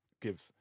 give